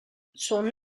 son